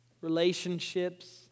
relationships